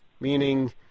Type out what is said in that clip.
meaning